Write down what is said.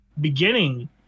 beginning